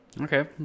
Okay